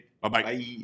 Bye-bye